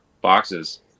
boxes